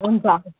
हुन्छ